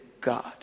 God